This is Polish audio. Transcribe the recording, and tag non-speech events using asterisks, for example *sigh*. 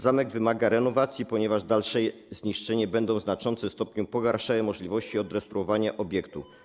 Zamek wymaga renowacji, ponieważ dalsze zniszczenia będą w znaczącym stopniu pogarszały możliwości *noise* odrestaurowania obiektu.